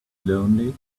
lonely